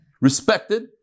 Respected